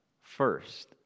first